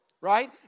right